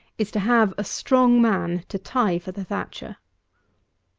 is to have a strong man to tie for the thatcher.